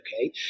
Okay